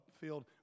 field